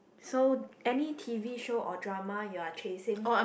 so any t_v show or drama you are chasing